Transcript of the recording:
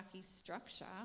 structure